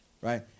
right